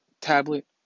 tablet